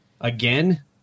again